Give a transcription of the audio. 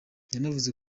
yanavuze